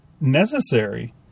necessary